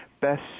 best